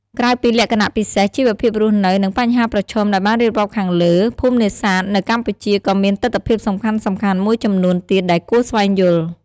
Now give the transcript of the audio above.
ក្រៅពីលក្ខណៈពិសេស ជីវភាពរស់នៅ និងបញ្ហាប្រឈមដែលបានរៀបរាប់ខាងលើ ភូមិនេសាទនៅកម្ពុជាក៏មានទិដ្ឋភាពសំខាន់ៗមួយចំនួនទៀតដែលគួរស្វែងយល់។